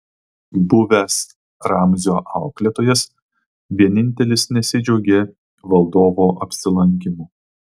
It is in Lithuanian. buvęs ramzio auklėtojas vienintelis nesidžiaugė valdovo apsilankymu